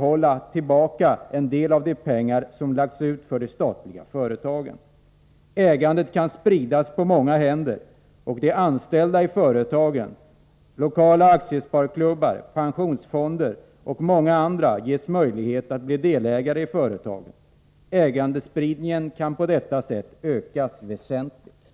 få tillbaka en del av det kapital som nedlagts i de statliga företagen. Ägandet kan spridas till många händer, och de anställda i företagen ges möjlighet att via lokala aktiesparklubbar, pensionsfonder och på andra sätt bli delägare i företagen. Ägandespridningen kan på detta sätt ökas väsentligt.